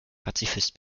pazifist